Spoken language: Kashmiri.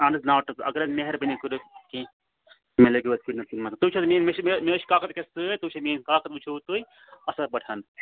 اہن حظ نَو ٹُو اگر حظ مہربٲنی کٔرِو کینٛہہ مےٚ لٲگِو حظ کُنہِ نہ تہٕ کُنہِ منٛز تُہۍ چھُو حظ میٛٲنۍ مےٚ چھِ مےٚ مےٚ حظ چھِ کاکد أکیٛاہ سۭتۍ تُہۍ وٕچھِو میٛٲنۍ یِم کاکد وٕچھِو تُہۍ اَصٕل پٲٹھۍ